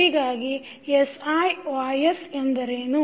ಹೀಗಾಗಿ siYs ಎಂದರೇನು